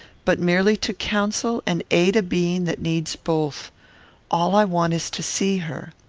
but merely to counsel and aid a being that needs both all i want is to see her.